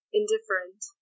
indifferent